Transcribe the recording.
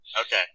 Okay